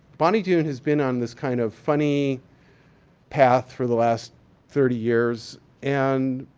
bonny doon has been on this kind of funny path for the last thirty years and